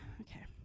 okay